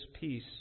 peace